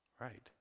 Right